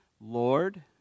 Lord